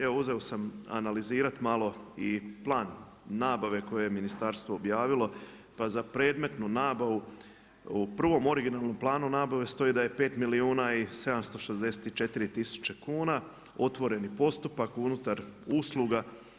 Evo, uzeo sam analizirati malo i plan nabave koje je Ministarstvo objavilo, pa za predmetnu nabavu u prvom originalnom planu nabave stoji da je pet milijuna i sedamstošezdesetičetiri tisuće kuna, otvoreni postupak unutar usluga.